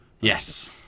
yes